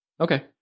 Okay